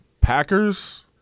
Packers